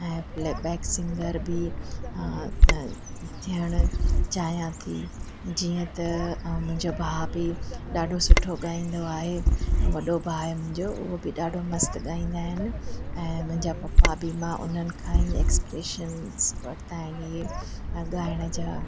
ऐं playback singer बि थियणु चाहियां थी जीअं त मुंहिंजो भाउ बि ॾाढो सुठो ॻाईंदो आहे वॾो भाउ आहे मुंहिंजो उहो बि ॾाढो मस्तु ॻाईंदा आहिनि ऐं मुंहिंजा पप्पा बि मां उन्हनि खां ई एक्सप्रेशन्स वरिता आहिनि इहे ॻाइण जा